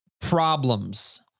problems